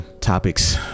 topics